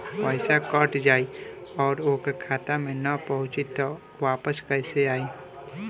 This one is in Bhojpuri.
पईसा कट जाई और ओकर खाता मे ना पहुंची त वापस कैसे आई?